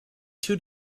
too